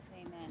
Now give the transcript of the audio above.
Amen